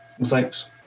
Thanks